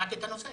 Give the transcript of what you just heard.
שמעתי את הנושא,